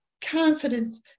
confidence